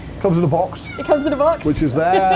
comes in a box. it comes in a box. which is there,